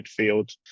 midfield